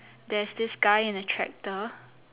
there's this guy in a tractor